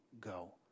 go